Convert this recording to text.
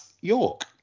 York